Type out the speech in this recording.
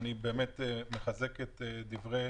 אני מחזק את דברי